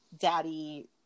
Daddy